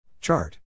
Chart